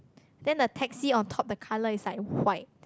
then the taxi on top the color is like white